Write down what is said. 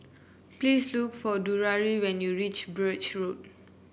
please look for Drury when you reach Birch Road